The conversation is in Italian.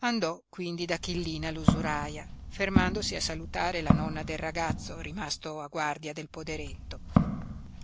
andò quindi da kallina l'usuraia fermandosi a salutare la nonna del ragazzo rimasto a guardia del poderetto